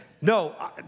no